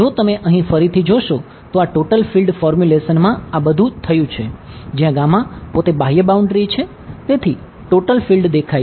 જો તમે અહીં ફરીથી જોશો તો આ ટોટલ ફિલ્ડ માં આ બધું થયું છે જ્યાં પોતે બાહ્ય બાઉન્ડ્રી દેખાય છે